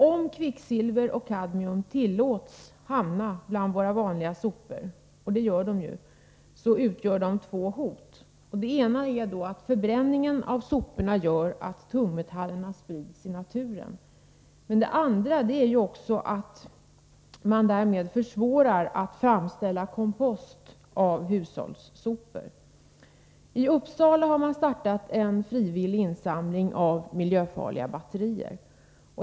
Om kvicksilver och kadmium tillåts hamna bland våra vanliga sopor — vilket ju sker — utgör de två hot: dels leder förbränningen av soporna till att tungmetaller sprids i naturen, dels försvåras framställningen av kompost från hushållssopor. I Uppsala har man startat en frivillig insamling av miljöfarliga batterier.